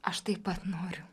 aš taip pat noriu